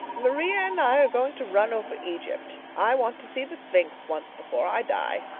maria and i are going to run over egypt. i want to see the sphinx once before i die.